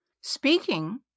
Speaking